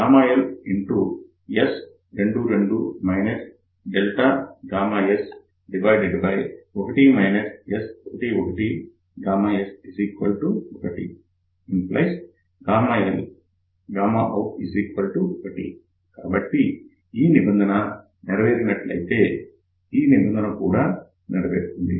LS22 ∆s1 S11s1Lout1 కాబట్టి ఈ నిబంధన నెరవేరునట్లు అయితే ఈ నిబంధన కూడా నెరవేరుతుంది